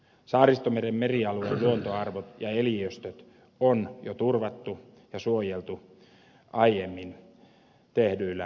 saaristomeren merialueen luontoarvot ja eliöstöt on jo turvattu ja suojeltu aiemmin tehdyillä suojelutoimilla